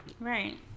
Right